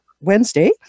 Wednesday